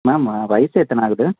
ma'am வயசு எத்தனை ஆகுது